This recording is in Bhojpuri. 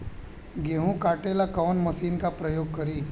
गेहूं काटे ला कवन मशीन का प्रयोग करी?